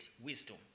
wisdom